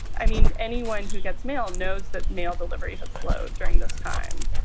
i mean, anyone who gets mail knows that mail delivery has slowed during this time.